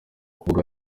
kuba